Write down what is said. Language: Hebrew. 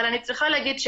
אבל אני צריכה להגיד,